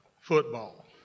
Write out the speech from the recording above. football